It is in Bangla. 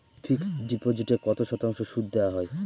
ফিক্সড ডিপোজিটে কত শতাংশ সুদ দেওয়া হয়?